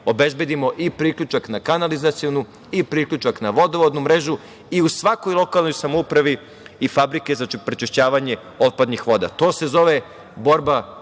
obezbedimo i priključak na kanalizacionu i priključak na vodovodnu mrežu i u svakoj lokalnoj samoupravi i fabrike za prečišćavanje otpadnih voda. To se zove borba